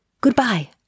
Goodbye